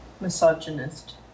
Misogynist